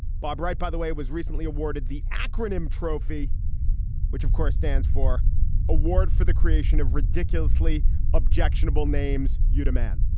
bob wright by the way was recently awarded the acronym trophy which of course stands for award for the creation of ridiculously objectionable names. uta man